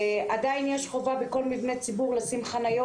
עדיין יש חובה בכל מבני ציבור לשים חניות.